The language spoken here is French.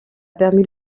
permis